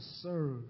serve